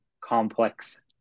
complex